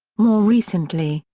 more recently,